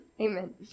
Amen